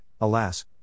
Alas